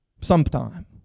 Sometime